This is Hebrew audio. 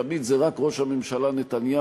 תמיד זה רק ראש הממשלה נתניהו,